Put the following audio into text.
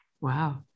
Wow